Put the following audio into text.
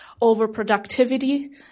overproductivity